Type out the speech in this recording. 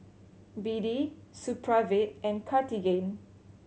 B D Supravit and Cartigain